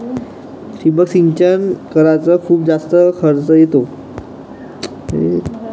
ठिबक सिंचन कराच खूप जास्त खर्च येतो का?